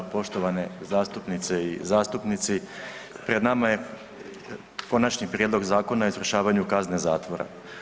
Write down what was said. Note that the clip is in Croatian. Poštovane zastupnice i zastupnici, pred nama je Konačni prijedlog Zakona o izvršavanju kazne zatvora.